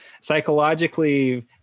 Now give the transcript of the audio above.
psychologically